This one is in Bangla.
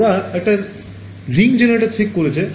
ওঁরা একটি রিং রেজনেটর ঠিক করেছে